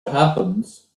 happens